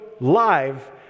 live